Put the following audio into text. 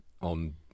on